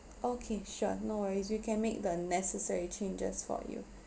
okay sure no worries we can make the necessary changes for you